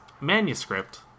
manuscript